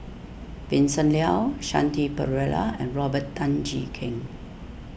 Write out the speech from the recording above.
Vincent Leow Shanti Pereira and Robert Tan Jee Keng